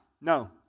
No